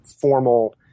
formal